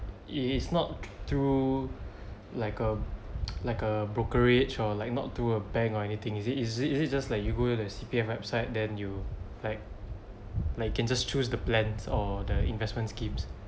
it is not through like a like a brokerage or like not to a bank or anything is it is it is it just like you go into the C_P_F website then you like like you can just choose the plans or the investment schemes